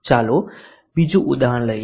ચાલો બીજું ઉદાહરણ લઈએ